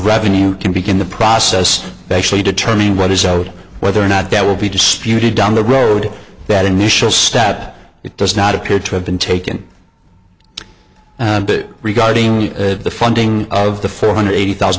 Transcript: revenue can begin the process of actually determine what is owed whether or not that will be disputed down the road that initial stat it does not appear to have been taken regarding the funding of the four hundred eighty thousand